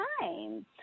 time